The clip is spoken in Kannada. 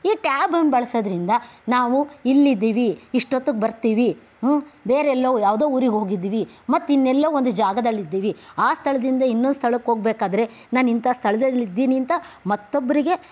ಈ ಟ್ಯಾಬನ್ನ ಬಳಸೋದ್ರಿಂದ ನಾವು ಇಲ್ಲಿದ್ದೀವಿ ಇಷ್ಟೊತ್ತಿಗೆ ಬರ್ತೀವಿ ಬೇರೆಲ್ಲೋ ಯಾವುದೋ ಊರಿಗೆ ಹೋಗಿದ್ದೀವಿ ಮತ್ತ ಇನ್ನೆಲ್ಲೋ ಬೇರೆ ಜಾಗದಲ್ಲಿದ್ದೀವಿ ಆ ಸ್ಥಳದಿಂದ ಇನ್ನೊಂದು ಸ್ಥಳಕ್ಕೆ ಹೋಗಬೇಕಾದ್ರೆ ನಾನು ಇಂಥ ಸ್ಥಳದಲ್ಲಿದ್ದೀನಿಂತ ಮತ್ತೊಬ್ಬರಿಗೆ